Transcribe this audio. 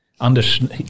Anders